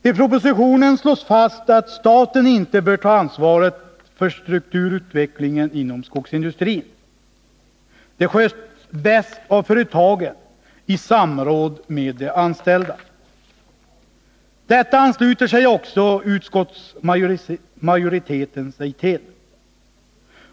I propositionen slås fast att staten inte bör ta ansvaret för strukturutvecklingen inom skogsindustrin — den sköts bäst av företagen i samråd med de anställda. Detta ansluter också utskottsmajoriteten sig till.